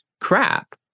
crap